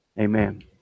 Amen